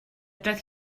doedd